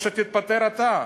או שתתפטר אתה.